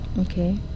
Okay